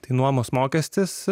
tai nuomos mokestis